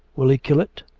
will he kill it?